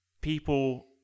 people